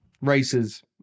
races